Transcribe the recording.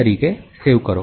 તરીકે સેવ કરો